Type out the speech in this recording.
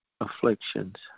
afflictions